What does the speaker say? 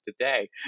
today